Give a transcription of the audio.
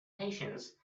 patience